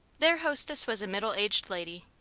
their hostess was a middle-aged lady,